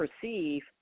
perceive